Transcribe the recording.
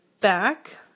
back